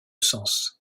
sens